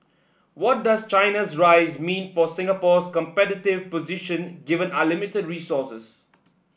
what does China's rise mean for Singapore's competitive position given our limited resources